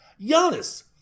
Giannis